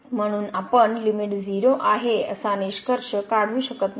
म्हणून आपण लिमिट 0 आहे असा निष्कर्ष काढू शकत नाही